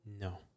No